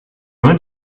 went